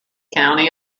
county